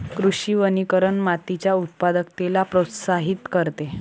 कृषी वनीकरण मातीच्या उत्पादकतेला प्रोत्साहित करते